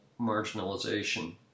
marginalization